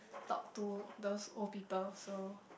talk to those old people so